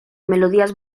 melodías